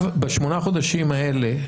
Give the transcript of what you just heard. בשמונה החודשים האלה,